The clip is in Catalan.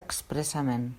expressament